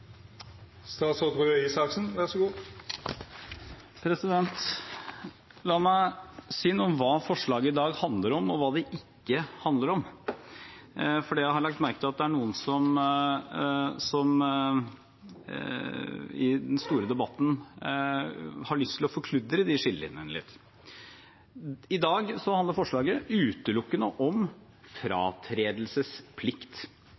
La meg si noe om hva forslaget i dag handler om, og hva det ikke handler om, for jeg har lagt merke til at det er noen som i den store debatten har lyst til å forkludre de skillelinjene litt. I dag handler forslaget utelukkende om